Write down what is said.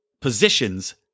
positions—